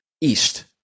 East